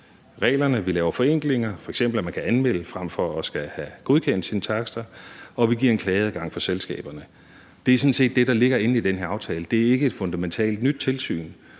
Vi laver forenklinger, f.eks. at man kan anmelde frem for at skulle have godkendt sine takster, og vi giver en klageadgang for selskaberne. Det er sådan set det, der ligger i den her aftale. Det er ikke et fundamentalt nyt tilsyn,